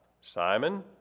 Simon